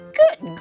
good